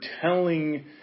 telling